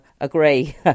agree